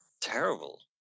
terrible